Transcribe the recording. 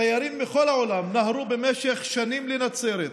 תיירים מכל העולם נהרו במשך שנים לנצרת,